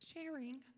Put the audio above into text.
sharing